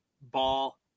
ball